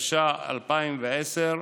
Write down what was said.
התש"ע 2010,